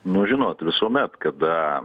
nu žinot visuomet kada